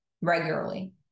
regularly